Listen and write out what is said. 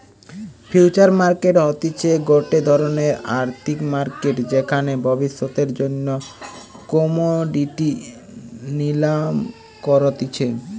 future market হতিছে গটে ধরণের আর্থিক মার্কেট যেখানে ভবিষ্যতের জন্য কোমোডিটি নিলাম করতিছে